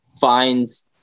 finds